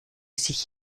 sich